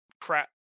crap